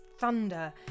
thunder